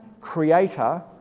creator